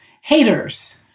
haters